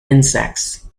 insects